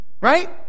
Right